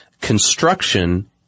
construction